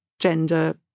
gender